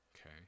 okay